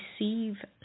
receive